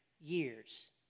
years